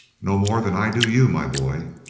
no more than i do you, my boy,